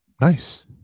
Nice